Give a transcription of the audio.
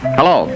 Hello